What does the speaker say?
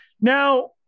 Now